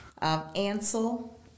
Ansel